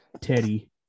Teddy